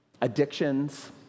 addictions